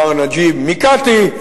מר נג'יב מיקאתי,